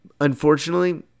unfortunately